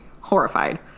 horrified